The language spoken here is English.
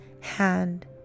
hand